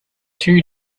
two